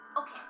Okay